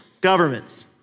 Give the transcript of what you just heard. governments